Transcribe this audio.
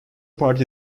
party